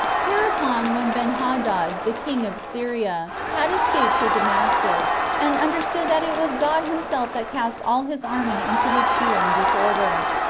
hereupon, when benhadad, the king of syria, had escaped to damascus, and understood that it was god himself that cast all his army into this fear and disorder,